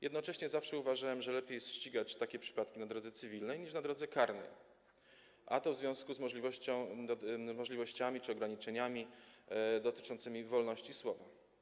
Jednocześnie zawsze uważałem, że lepiej jest ścigać takie przypadki na drodze cywilnej niż na drodze karnej, a to w związku z możliwościami czy ograniczeniami w zakresie wolności słowa.